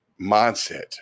mindset